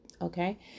okay